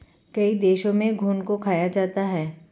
कई देशों में घुन को खाया जाता है